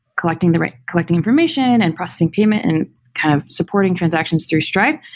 collecting the right collecting information and and processing payment and kind of supporting transactions through stripe.